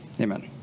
Amen